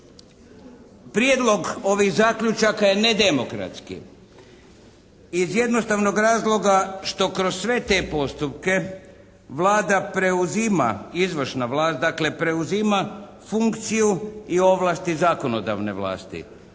Prijedlog ovih zaključaka je nedemokratski iz jednostavnog razloga što kroz sve te postupke Vlada preuzima, izvršna Vlada dakle preuzima funkciju i ovlasti zakonodavne vlasti.